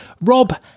Rob